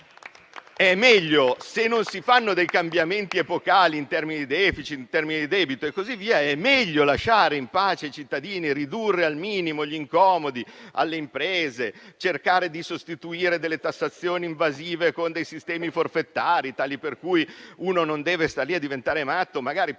se non si fanno dei cambiamenti epocali in termini di *deficit* e di debito, è meglio lasciare in pace i cittadini; ridurre al minimo gli incomodi alle imprese; cercare di sostituire delle tassazioni invasive con dei sistemi forfettari tali per cui uno non deve diventare matto, magari per